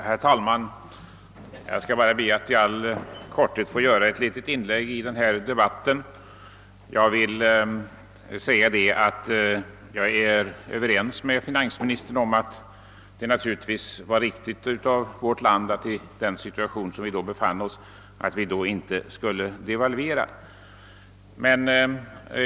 Herr talman! Jag ber att i all korthet få göra ett inlägg i denna debatt. Jag är överens med finansministern om att det var riktigt att, i den situation vårt land befinner sig i, inte devalvera.